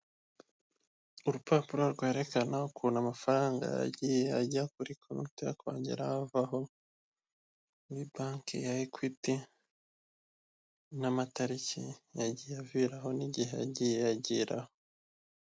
Urupapuro rwerekana ukuntu amafaranga yagiye ajya kuri konte kongera avaho muri banki ya ekwiti n'amatariki yagiye aviraho n'igihe yagiye agiraho.